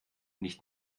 nicht